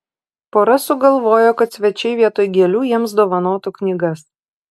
pora sugalvojo kad svečiai vietoj gėlių jiems dovanotų knygas